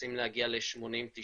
רוצים להגיע ל-90%-80%.